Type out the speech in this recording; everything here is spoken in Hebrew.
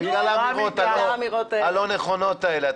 בגלל האמירות הלא נכונות האלה.